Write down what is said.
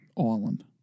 Ireland